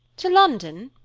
to london?